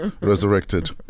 resurrected